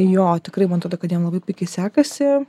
jo tikrai man atrodo kad jam labai puikiai sekasi